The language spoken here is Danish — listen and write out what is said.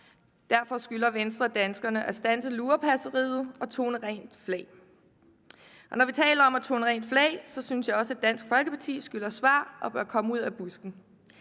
derfor skylder Venstre danskerne at standse lurepasseriet og tone rent flag. Når vi taler om at tone rent flag, synes jeg også, at Dansk Folkeparti skylder svar og bør komme ud af busken.